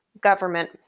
government